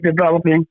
developing